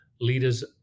leaders